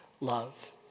love